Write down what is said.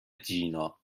جینا